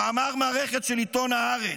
במאמר מערכת של עיתון הארץ,